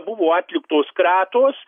buvo atliktos kratos